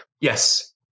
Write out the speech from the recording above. Yes